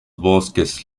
bosques